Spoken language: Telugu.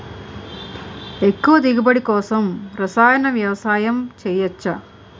ఎక్కువ దిగుబడి కోసం రసాయన వ్యవసాయం చేయచ్చ?